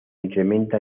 incrementa